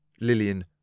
Lillian